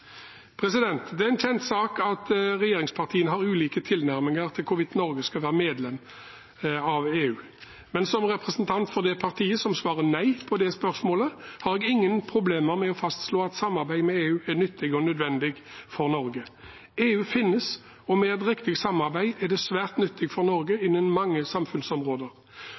Det er en kjent sak at regjeringspartiene har ulike tilnærminger til hvorvidt Norge skal være medlem av EU, men som representant for det partiet som svarer nei på det spørsmålet, har jeg ingen problemer med å fastslå at samarbeid med EU er nyttig og nødvendig for Norge. EU finnes, og med et riktig samarbeid er det svært nyttig for Norge innen mange samfunnsområder.